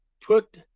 put